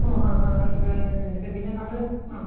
ആ ആ ആ എന്താ ഇത് പിന്നെ നമ്മൾ ആ